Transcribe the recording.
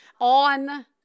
on